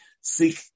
seek